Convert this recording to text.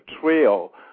trail